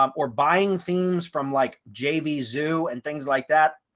um or buying themes from like jvzoo and things like that.